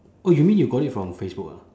oh you mean you got it from facebook ah